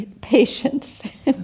patience